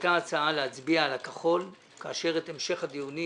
היתה הצעה להצביע על הכחול כאשר את המשך הדיונים